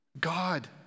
God